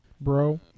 bro